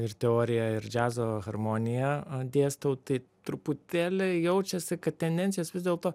ir teoriją ir džiazo harmoniją dėstau tai truputėlį jaučiasi kad tendencijas vis dėlto